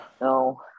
No